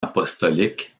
apostolique